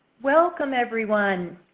welcome, everyone.